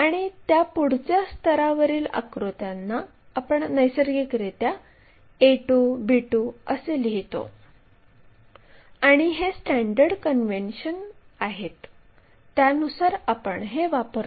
आणि त्यापुढच्या स्तरावरील आकृत्यांना आपण नैसर्गिकरित्या a2 b2 असे म्हणतो आणि हे स्टॅंडर्ड कन्व्हेन्शन आहे त्यानुसार आपण हे वापरतो